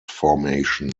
formation